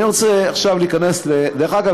דרך אגב,